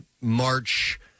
March